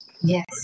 yes